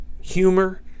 humor